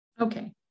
Okay